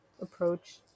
approach